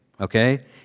Okay